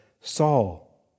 Saul